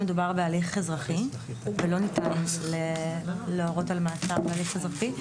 מדובר בהליך אזרחי ולא ניתן להורות על מעצר בהליך אזרחי.